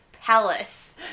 palace